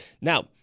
Now